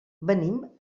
venim